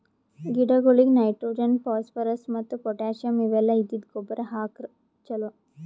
ಗಿಡಗೊಳಿಗ್ nitrogen, phosphorus ಮತ್ತ್ potassium ಇವೆಲ್ಲ ಇದ್ದಿದ್ದ್ ಗೊಬ್ಬರ್ ಹಾಕ್ರ್ ಛಲೋ